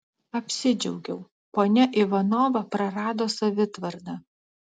apsidžiaugiau ponia ivanova prarado savitvardą